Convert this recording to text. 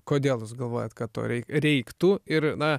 kodėl jūs galvojat kad to reiktų ir na